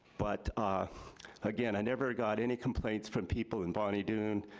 but ah again, i never got any complaints from people in bonny doon,